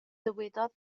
dywedodd